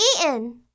eaten